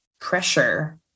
pressure